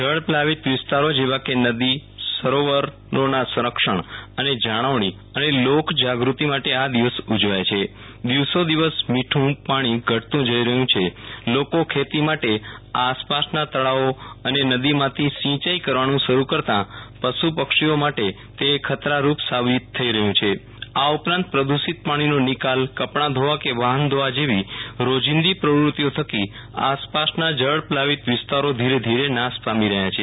જળપ્લાવિત વિસ્તારો જેવા કે નદીસરોવરોના સંરક્ષણ અને જાળવણી અને લોકજાગૃતિ માટે આ દિવસ ઉજવાય છે દિવસો દિવસ મીઠું પાણી ઘટતું જઈ રહ્યું છેલોકો ખેતી માટે આસપાસના તળાવો અને નદીમાંથી સિંયાઈ કરવાનું શરૂ કરતા પશુ પક્ષીઓ માટે તે ખતરારૂપ સાબિત થઇ રહ્યું છે આ ઉપરાંત પ્રદુષિત પાણીનો નિકાલકપડાં ધોવા કે વાફન ધોવા જેવી રોજિંદી પ્રવૃતિઓ થકી આપણી આસપાસના જળપ્લાવિત વિસ્તારો ધીરે ધીરે નાશ પામી રહ્યા છે